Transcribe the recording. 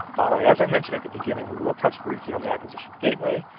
all right, as i mentioned at the beginning, we will touch briefly on the acquisition gateway,